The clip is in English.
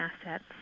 assets